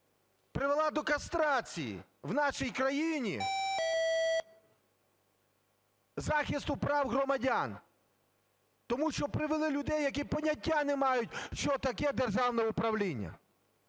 привела до кастрації в нашій країні захисту прав громадян. Тому що привели людей, які поняття не мають, що таке державне управління.